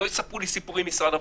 אני מבקש שמשרד הבריאות,